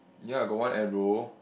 ya got one arrow